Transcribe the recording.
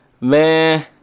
Man